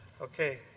Okay